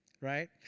right